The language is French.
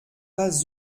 pas